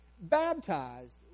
baptized